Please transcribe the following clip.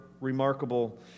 remarkable